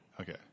Okay